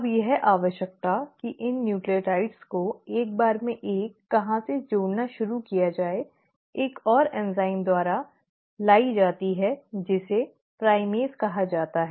अब यह आवश्यकता कि इन न्यूक्लियोटाइड्स को एक बार में एक कहाँ से जोड़ना शुरू किया जाए एक और एंजाइम द्वारा लाया जाती है जिसे प्राइमेज कहा जाता है